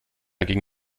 ging